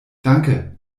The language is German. danke